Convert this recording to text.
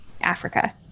Africa